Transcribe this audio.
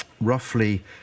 roughly